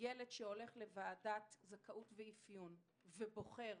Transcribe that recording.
ילד שהולך לוועדת זכאות ואפיון ובוחר